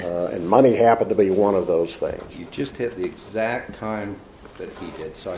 got and money happened to be one of those things you just hit the exact time so i